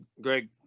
Greg